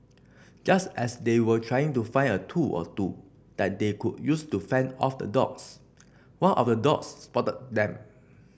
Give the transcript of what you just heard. just as they were trying to find a tool or two that they could use to fend off the dogs one of the dogs spotted them